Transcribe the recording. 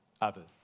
others